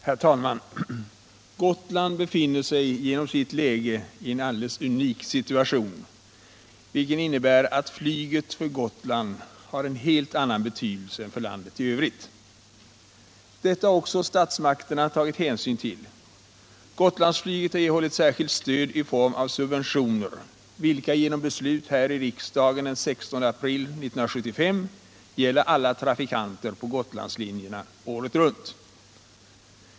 Herr talman! Gotland befinner sig genom sitt läge i en alldeles unik situation. Denna innebär att flyget för Gotland har en helt annan betydelse än för landet i övrigt. Detta har också statsmakterna tagit hänsyn till. Gotlandsflyget har erhållit särskilt stöd i form av subventioner, vilka genom beslut här i riksdagen den 16 april 1975 gäller alla trafikanter på Gotlandslinjerna året runt.